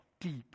deep